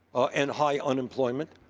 and high unemployment,